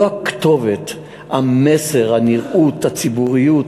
לא הכתובת, המסר, הנראות, הציבוריות.